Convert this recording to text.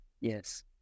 Yes